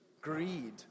greed